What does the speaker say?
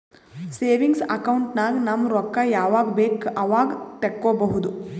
savings account ನಾಗ್ ನಮ್ ರೊಕ್ಕಾ ಯಾವಾಗ ಬೇಕ್ ಅವಾಗ ತೆಕ್ಕೋಬಹುದು